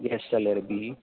gas जाल्यार बी